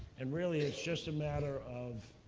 and really it's just a matter of